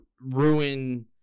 ruin